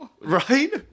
right